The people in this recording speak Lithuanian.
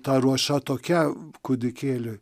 ta ruoša tokia kūdikėliui